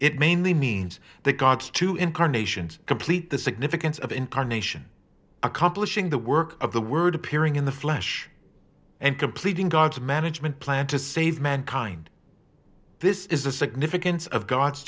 it mainly means the god to incarnations complete the significance of incarnation accomplishing the work of the word appearing in the flesh and completing god's management plan to save mankind this is the significance of g